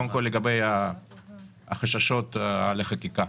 קודם כל לגבי החששות על החקיקה.